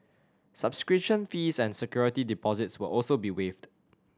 subscription fees and security deposits will also be waived